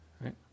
right